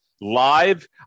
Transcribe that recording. live